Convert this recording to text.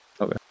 Okay